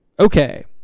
Okay